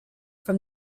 from